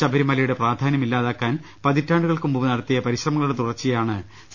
ശബരിമല യുടെ പ്രാധാന്യം ഇല്ലാതാക്കാൻ പതിറ്റാണ്ടുകൾക്ക് മുമ്പ് നടത്തിയ പരിശ്ര മങ്ങളുടെ തുടർച്ചയാണ് സി